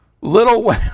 little